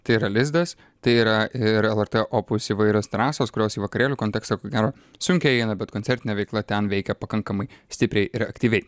tai yra lizdas tai yra ir el er t opus įvairios trasos kurios į vakarėlių kontekstą ko gero sunkiai eina bet koncertine veikla ten veikia pakankamai stipriai ir aktyviai